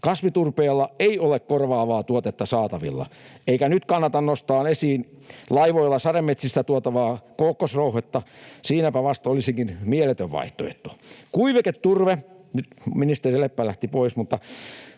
Kasvuturpeelle ei ole korvaavaa tuotetta saatavilla, eikä nyt kannata nostaa esiin laivoilla sademetsistä tuotavaa kookosrouhetta. Siinäpä vasta olisikin mieletön vaihtoehto. Kuiviketurve — nyt ministeri Leppä lähti pois, mutta